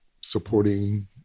supporting